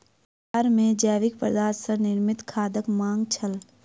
बजार मे जैविक पदार्थ सॅ निर्मित खादक मांग छल